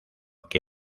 que